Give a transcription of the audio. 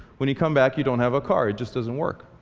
when you come back you don't have a car. it just doesn't work.